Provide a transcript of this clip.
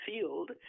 field